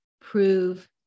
prove